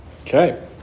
Okay